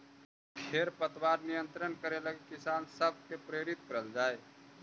खेर पतवार नियंत्रण करे लगी किसान सब के प्रेरित करल जाए